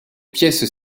pièces